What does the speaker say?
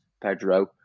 Pedro